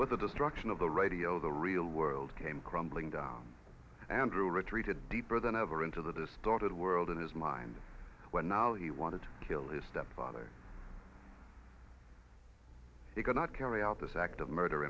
with the destruction of the radio the real world came crumbling down andrew retreated deeper than ever into the distorted world in his mind when now he wanted to kill his stepfather he could not carry out this act of murder